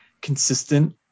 consistent